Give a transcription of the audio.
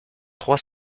trois